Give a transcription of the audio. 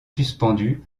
suspendu